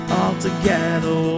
altogether